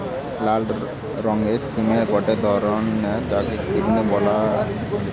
লাল রঙের সিমের গটে ধরণ যাকে কিডনি বিন বলতিছে